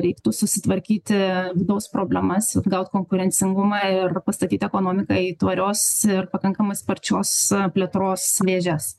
reiktų susitvarkyti vidaus problemas atgaut konkurencingumą ir pastatyti ekonomiką į tvarios ir pakankamai sparčios plėtros vėžes